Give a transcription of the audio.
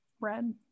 red